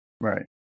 Right